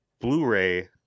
Blu-ray